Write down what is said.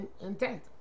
intent